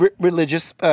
religious